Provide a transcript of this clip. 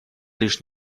лишь